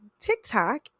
TikTok